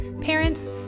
parents